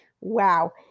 Wow